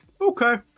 Okay